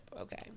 okay